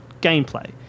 gameplay